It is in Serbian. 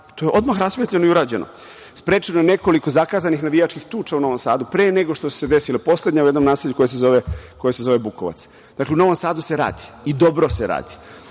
To je odmah rasvetljeno i urađeno. Sprečeno je nekoliko zakazanih navijačkih tuča u Novom Sadu, pre nego što su se desile poslednje, u jednom naselju koje se zove Bukovac. Dakle, u Novom Sadu se radi i dobro se radi. Hoću